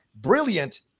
brilliant